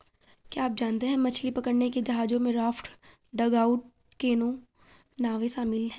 क्या आप जानते है मछली पकड़ने के जहाजों में राफ्ट, डगआउट कैनो, नावें शामिल है?